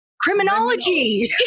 criminology